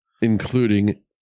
including